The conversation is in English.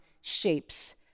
shapes